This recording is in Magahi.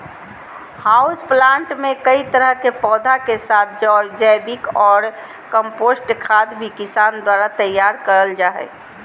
हाउस प्लांट मे कई तरह के पौधा के साथ जैविक ऑर कम्पोस्ट खाद भी किसान द्वारा तैयार करल जा हई